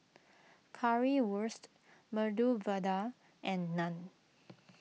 Currywurst Medu Vada and Naan